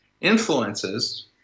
influences